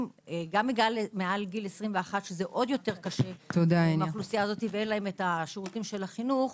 גם מעל גיל 21 שזה עוד יותר קשה ואין להם שירותי החינוך,